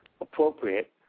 appropriate